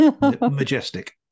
Majestic